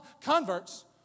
converts